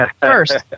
first